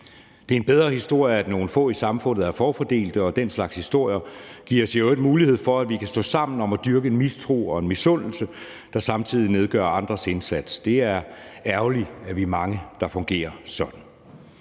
Det er en bedre historie, at nogle få i samfundet er forfordelt, og den slags historier giver os i øvrigt mulighed for, at vi kan stå sammen om at dyrke en mistro og en misundelse, der samtidig nedgør andres indsats. Det er ærgerligt, at vi er mange, der fungerer sådan.